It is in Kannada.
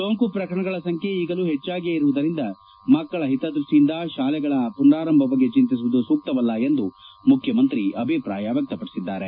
ಸೋಂಕು ಪ್ರಕರಣಗಳ ಸಂಖ್ಯೆ ಈಗಲೂ ಹೆಚ್ಚಾಗಿಯೇ ಇರುವುದರಿಂದ ಮಕ್ಕಳ ಹಿತದ್ಯಸ್ಸಿಯಿಂದ ಶಾಲೆಗಳ ಪುನರಾರಂಭದ ಬಗ್ಗೆ ಚಂತಿಸುವುದು ಸೂಕ್ತವಲ್ಲ ಎಂದು ಮುಖ್ಯಮಂತ್ರಿ ಅಭಿಪ್ರಾಯ ವ್ಯಕ್ತಪಡಿಸಿದ್ದಾರೆ